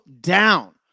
down